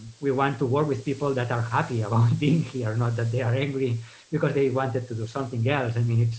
we want to work with people that are happy about being here, not that they are angry because they wanted to do something yeah else. i and mean,